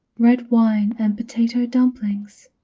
red wine and potato dumplings.